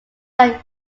are